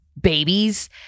babies